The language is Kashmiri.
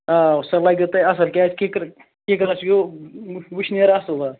آ سَہ لَگیو تۄہہِ اصٕل کیازِ کِکرٕ کِکرس یِیُو وٕشنیر اصٕل حظ